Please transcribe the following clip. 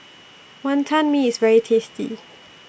Wantan Mee IS very tasty